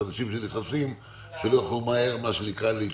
החדשים שנכנסים שלא יוכלו מהר להתקדם.